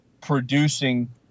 producing